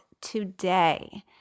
today